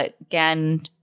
Again